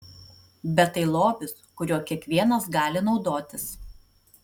bet tai lobis kuriuo kiekvienas gali naudotis